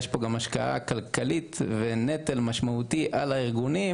יש פה השקעה כלכלית ונטל משמעותי על הארגונים